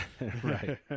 Right